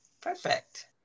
perfect